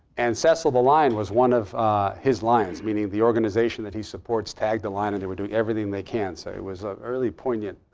and cecil the lion was one of his lions, meaning the organization that he supports tagged the lion and they were doing everything they can. so it was an early, poignant,